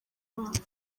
bacu